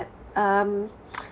um